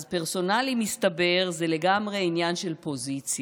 אז פרסונלי, מסתבר, זה לגמרי עניין של פוזיציה.